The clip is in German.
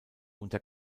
unter